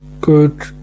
good